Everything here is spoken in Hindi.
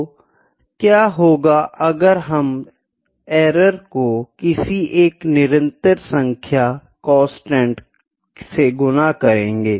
तो क्या होगा अगर हम एरर को किसी एक निरंतर सांख्यकांस्टेंट से गुना करेंगे